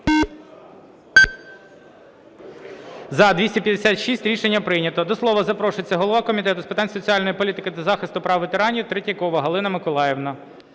За-256 Рішення прийнято. До слова запрошується голова Комітету з питань соціальної політики та захисту прав ветеранів Третьякова Галина Миколаївна.